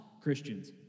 Christians